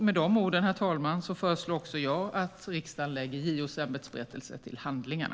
Med de orden, herr talman, föreslår också jag att riksdagen lägger JO:s ämbetsberättelse till handlingarna.